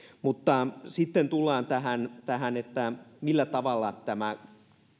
mutta sitten tullaan tähän tähän että millä tavalla tämä